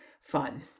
fun